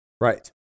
Right